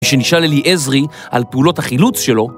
ושנשאל אלי עזרי על פעולות החילוץ שלו...